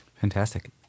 Fantastic